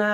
na